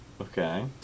Okay